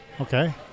Okay